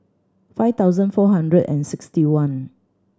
five thousand four hundred and sixty one